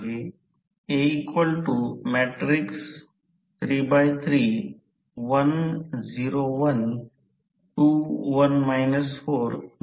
तर व्होल्टेज नियमन ही रोहित्राच्या गुणवत्तेचे मापदंड आहे